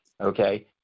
Okay